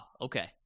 Okay